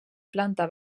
planta